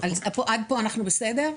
עד פה אנחנו בסדר?